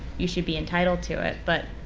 you should be entitled to it. but